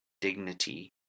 dignity